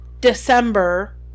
December